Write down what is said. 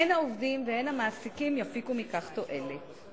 הן העובדים והן המעסיקים יפיקו מכך תועלת.